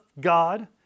God